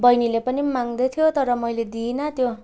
बहिनीले पनि माग्दै थियो तर मैले दिइनँ त्यो